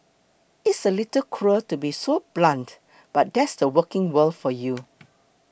it's a little cruel to be so blunt but that's the working world for you